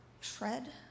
shred